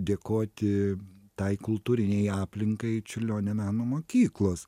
dėkoti tai kultūrinei aplinkai čiurlionio meno mokyklos